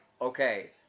okay